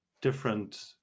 different